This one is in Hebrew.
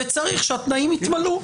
וצריך שהתנאים יתמלאו.